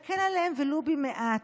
להקל עליהם ולו במעט.